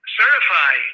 certify